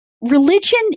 Religion